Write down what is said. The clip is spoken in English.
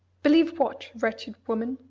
believe what, wretched woman?